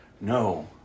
no